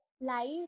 life